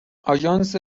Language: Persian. آژانس